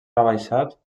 rebaixat